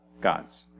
God's